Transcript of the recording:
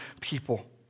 people